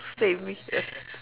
same here